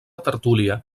tertúlia